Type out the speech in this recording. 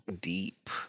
deep